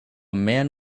man